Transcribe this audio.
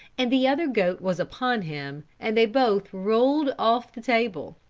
and the other goat was upon him, and they both rolled off the table.